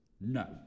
no